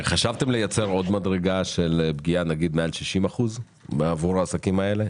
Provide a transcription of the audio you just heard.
חשבתם לייצר עוד מדרגה של פגיעה נגיד מעל 60 אחוזים עבור העסקים האלה,